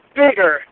bigger